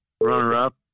runner-up